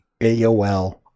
AOL